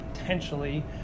potentially